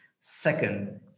Second